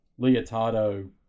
Leotardo